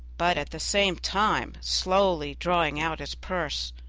but at the same time slowly drawing out his purse,